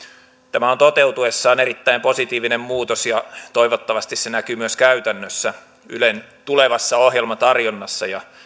tämä on toteutuessaan erittäin positiivinen muutos ja toivottavasti se näkyy myös käytännössä ylen tulevassa ohjelmatarjonnassa ja